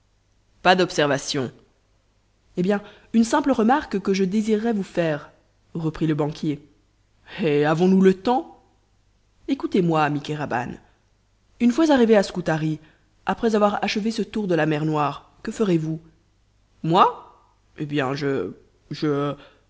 pas d'observations eh bien une simple remarque que je désirerais vous faire reprit le banquier eh avons-nous le temps écoutez-moi ami kéraban une fois arrivé à scutari après avoir achevé ce tour de la mer noire que ferez-vous moi eh bien je je